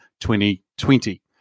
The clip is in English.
2020